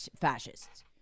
fascists